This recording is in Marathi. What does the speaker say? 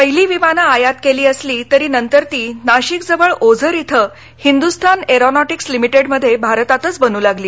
पहिली विमानं आयात केली असली तरी नंतर ती नाशिकजवळ ओझर हिंदुस्थान एरॉनॉटिक्स लिमिटेडमध्ये भारतातच बनु लागली